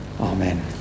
Amen